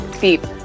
beep